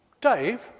Dave